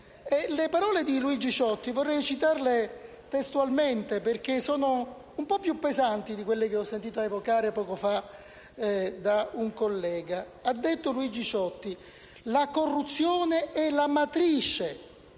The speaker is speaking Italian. Le parole di Luigi Ciotti vorrei citarle testualmente, perché sono un po' più pesanti di quelle che ho sentito evocare poco fa da un collega. Luigi Ciotti ha detto: «La corruzione è la matrice